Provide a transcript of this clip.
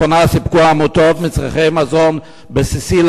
חבר הכנסת מוזס, בבקשה.